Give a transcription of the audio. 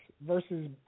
versus